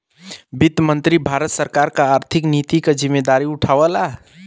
वित्त मंत्री भारत सरकार क आर्थिक नीति क जिम्मेदारी उठावला